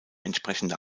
entsprechende